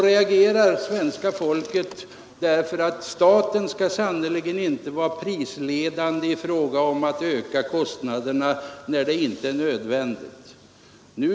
Folket anser nämligen att staten inte skall vara prisledande på så sätt att den ökar kostnaderna när det inte är nödvändigt.